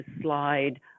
slide